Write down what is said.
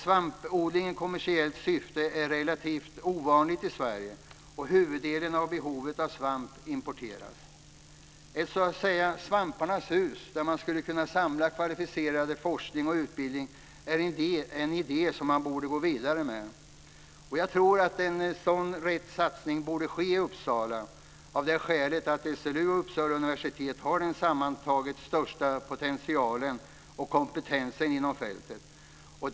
Svampodling i kommersiellt syfte är relativt ovanligt i Sverige, och huvuddelen av behovet av svamp importeras. Ett "svamparnas hus" där man kunde samla kvalificerad forskning och utbildning är en idé man borde gå vidare med. Jag tror det är rätt att en sådan satsning bör ske i Uppsala av det skälet att SLU och Uppsala universitet har den sammantaget största potentialen och kompetensen inom fältet.